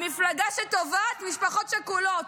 המפלגה שתובעת משפחות שכולות.